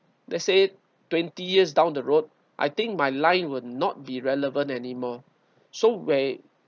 let's say twenty years down the road I think my line will not be relevant anymore so way